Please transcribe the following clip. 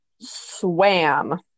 swam